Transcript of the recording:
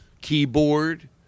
keyboard